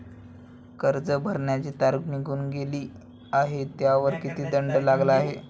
कर्ज भरण्याची तारीख निघून गेली आहे त्यावर किती दंड लागला आहे?